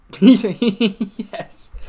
Yes